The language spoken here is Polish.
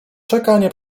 czekanie